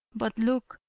but look!